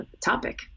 topic